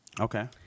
okay